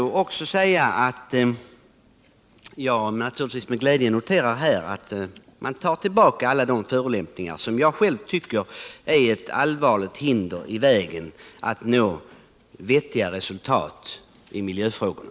Jag noterar naturligtvis med glädje att Jörn Svensson tar tillbaka alla de förolämpningar som jag själv tycker är ett allvarligt hinder på vägen att nå vettiga resultat i miljöfrågorna.